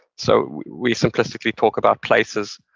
so, we simplistically talk about places,